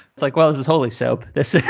it's like, well, it's it's holy soap. that's